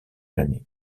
l’année